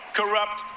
corrupt